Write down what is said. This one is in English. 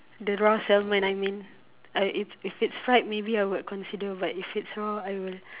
the raw salmon I mean uh if it's fried maybe I would consider but if it's raw I will